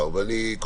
אני רוצה,